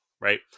right